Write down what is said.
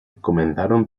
comenzaron